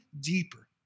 deeper